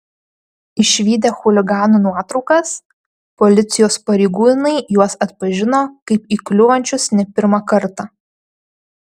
išvydę chuliganų nuotraukas policijos pareigūnai juos atpažino kaip įkliūvančius ne pirmą kartą